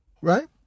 Right